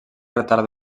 retard